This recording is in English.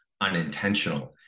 unintentional